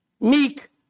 meek